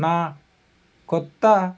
నా క్రొత్త